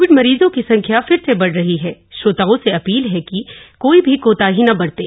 Covid मरीजों की संख्या फिर से बढ़ रही हण श्रोताओं से अपील हणकि कोई भी कोताही न बरतें